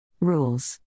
Rules